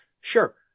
Sure